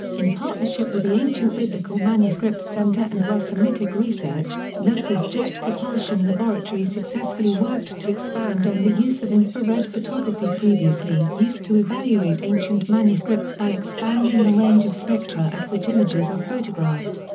in partnership with the ancient biblical manuscript center and west semitic research, nasa's jet propulsion laboratory successfully worked to expand on the use of infrared photography previously used to evaluate ancient manuscripts by expanding the range of spectra at which images are photographed.